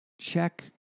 check